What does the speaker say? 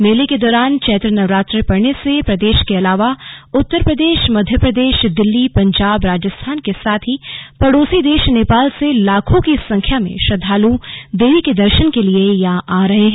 मेले के दौरान चैत्र नवरात्र पड़ने से प्रदेश के अलावा उत्तर प्रदेश मध्यप्रदेश दिल्ली पंजाब राजस्थान के साथ ही पड़ोसी देश नेपाल से लाखों की संख्या में श्रद्वालु देवी के दर्शन के लिए यहां आ रहे हैं